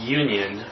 union